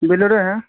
Bolero ہے